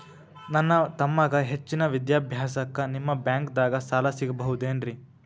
ನನ್ನ ತಮ್ಮಗ ಹೆಚ್ಚಿನ ವಿದ್ಯಾಭ್ಯಾಸಕ್ಕ ನಿಮ್ಮ ಬ್ಯಾಂಕ್ ದಾಗ ಸಾಲ ಸಿಗಬಹುದೇನ್ರಿ?